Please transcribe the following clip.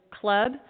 club